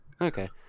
okay